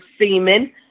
semen